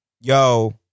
yo